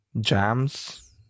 jams